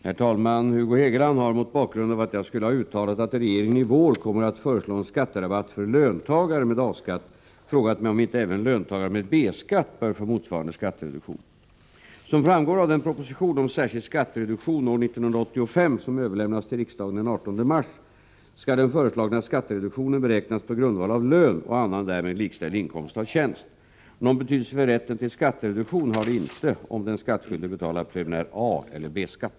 Herr talman! Hugo Hegeland har, mot bakgrund av att jag skulle ha uttalat att regeringen i vår kommer att föreslå en skatterabatt för löntagare med A-skatt, frågat mig om inte även löntagare med B-skatt bör få motsvarande skattereduktion. Som framgår av den proposition om särskild skattereduktion år 1985 som överlämnades till riksdagen den 18 mars skall den föreslagna skattereduktionen beräknas på grundval av lön och annan därmed likställd inkomst av tjänst. Någon betydelse för rätten till skattereduktion har det inte om den skattskyldige betalar preliminär A eller B-skatt.